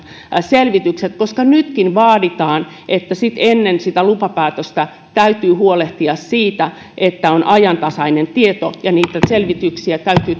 selvitykset koska nytkin vaaditaan että ennen lupapäätöstä täytyy huolehtia siitä että on ajantasainen tieto ja niitä selvityksiä täytyy